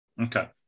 Okay